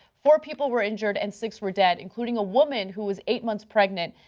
four people were injured and six were dead, including a woman who was eight months pregnant.